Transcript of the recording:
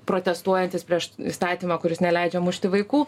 protestuojantys prieš įstatymą kuris neleidžia mušti vaikų